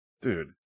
Dude